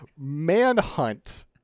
manhunt